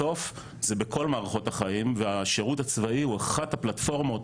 בסוף זה בכל מערכות החיים והשירות הצבאי הוא אחת הפלטפורמות